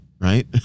right